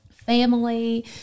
family